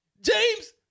James